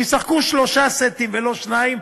שישחקו שלושה סטים ולא שניים,